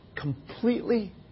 completely